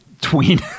tween